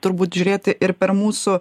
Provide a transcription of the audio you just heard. turbūt žiūrėti ir per mūsų